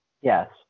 yes